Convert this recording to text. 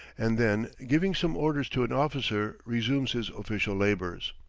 and then giving some order to an officer resumes his official labors.